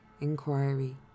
inquiry